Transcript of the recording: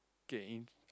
came